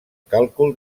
càlcul